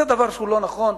זה דבר שהוא לא נכון,